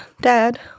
dad